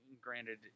granted